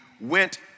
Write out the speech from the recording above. went